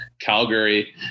Calgary